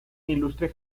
ilustre